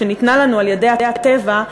שניתנה לנו על-ידי הטבע,